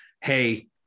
hey